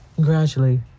Gradually